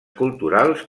culturals